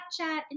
Snapchat